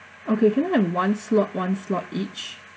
okay can I have one slot one slot each